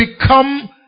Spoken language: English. become